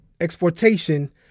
exportation